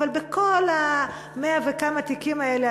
אבל בכל ה-100 וכמה תיקים האלה,